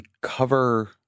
cover